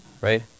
right